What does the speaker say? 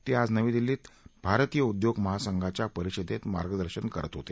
ते आज नवी दिल्लीत भारतीय उद्योग महासंघाच्या परिषदेत मार्गदर्शन करत होते